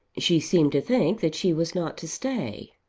she seemed to think that she was not to stay.